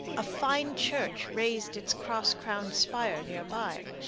a fine church raised its cross-crowned spire near by.